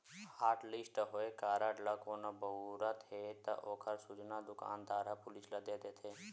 hotlist होए card ल कोनो बउरत हे त ओखर सूचना दुकानदार ह पुलिस ल दे देथे